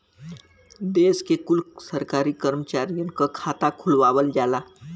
देश के कुल सरकारी करमचारियन क खाता खुलवावल जाला